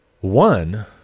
One